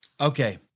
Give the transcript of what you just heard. Okay